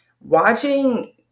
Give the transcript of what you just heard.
watching